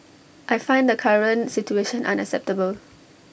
I find the current situation unacceptable